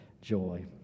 joy